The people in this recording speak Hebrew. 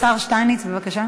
בבקשה.